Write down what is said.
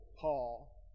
Paul